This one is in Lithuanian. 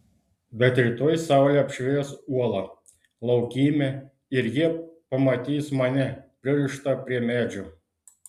bet rytoj saulė apšvies uolą laukymę ir jie pamatys mane pririštą prie medžio